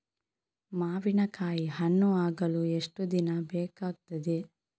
ಮಾವಿನಕಾಯಿ ಹಣ್ಣು ಆಗಲು ಎಷ್ಟು ದಿನ ಬೇಕಗ್ತಾದೆ?